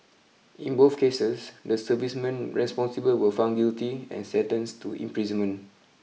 in both cases the servicemen responsible were found guilty and sentenced to imprisonment